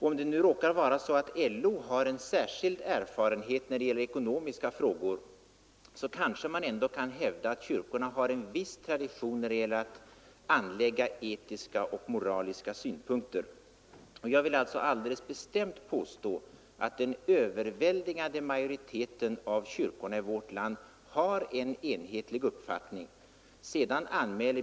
Om det nu råkar vara så att LO har en särskild erfarenhet när det gäller ekonomiska frågor, kanske man ändå kan hävda att kyrkorna har en viss tradition när det gäller att anlägga etiska och moraliska synpunkter. Jag vill alltså alldeles bestämt påstå att den övervägande majoriteten av kyrkornas folk i vårt land har en enhetlig uppfattning.